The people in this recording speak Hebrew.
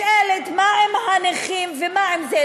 אני נשאלת מה עם הנכים ומה עם זה.